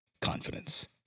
confidence